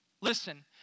Listen